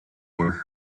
were